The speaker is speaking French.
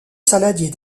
saladier